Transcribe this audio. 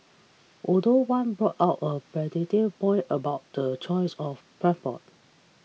although one brought out a pertinent point about the choice of transport